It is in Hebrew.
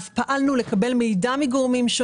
הולכת להתמקד בדברים האלה.